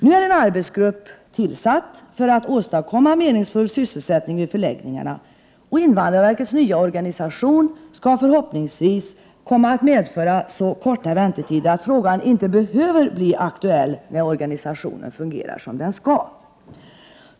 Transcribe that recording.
Nu är en arbetsgrupp tillsatt för att åstadkomma meningsfull sysselsättning vid förläggningarna, och invandrarverkets nya organisation skall förhoppningsvis komma att medföra så korta väntetider att frågan inte behöver bli aktuell när organisationen fungerar som den skall.